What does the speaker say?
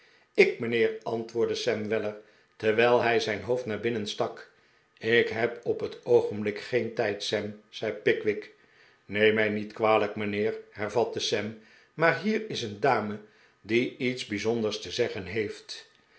ik mijnheer antwoordde sam weller terwijl hij zijn hoofd naar binnen stak ik heb op het oogenblik geen tijd sam zei pickwick neem mij niet kwalijk mijnheer hervatte sam maar hier is een dame die iets bijzonders te zeggen heeft